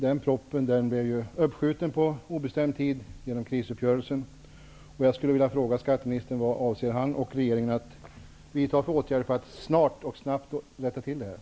Den propositionen blev uppskjuten på obestämd tid genom krisuppgörelsen. Jag skulle vilja fråga skatteministern vad han och regeringen avser att vidta för åtgärder för att snart och snabbt rätta till detta.